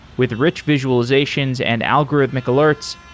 with rich visualizations and algorithmic alerts,